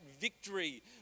victory